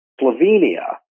Slovenia